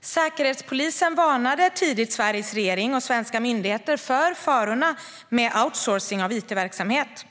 Säkerhetspolisen varnade tidigt Sveriges regering och svenska myndigheter för farorna med outsourcing av it-verksamhet.